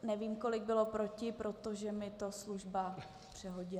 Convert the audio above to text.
Nevím, kolik bylo proti, protože mi to služba přehodila.